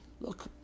look